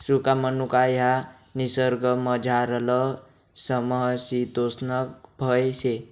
सुका मनुका ह्या निसर्गमझारलं समशितोष्ण फय शे